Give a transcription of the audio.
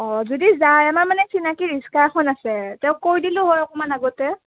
অঁ যদি যায় আমাৰ মানে চিনাকি ৰিক্সা এখন আছে তেওঁক কৈ দিলো হয় অকণমান আগতে